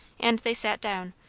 and they sat down,